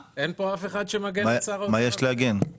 של הפחתת המכסים בכל הנושא של החקלאות